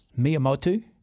Miyamoto